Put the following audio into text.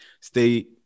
stay